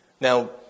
Now